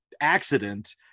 accident